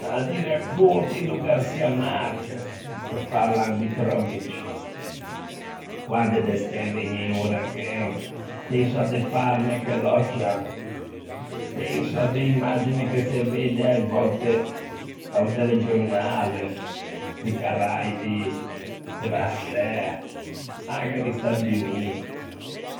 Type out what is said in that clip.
À di racconti do Garcia Marquez, che parlan di tròpici, quande de stæ vëgne i uraghen, penso à de palme che lòccian, penso à de imagine che se vedde a-e vòtte a-o telegiornale, di Caraibi devastæ, e anche di Stati Unii,